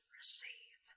receive